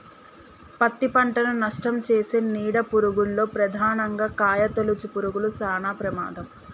పత్తి పంటను నష్టంచేసే నీడ పురుగుల్లో ప్రధానంగా కాయతొలుచు పురుగులు శానా ప్రమాదం